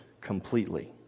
completely